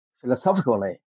philosophically